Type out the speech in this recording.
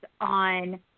on